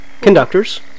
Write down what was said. conductors